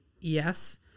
yes